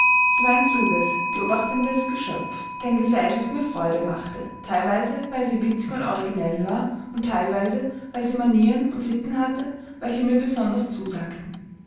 sie war ein kluges beobachtendes geschöpf deren gesellschaft mir freude machte teilweise weil sie witzig und originell war und teilweise weil sie manieren und sitten hatte welche mir besonders zusagten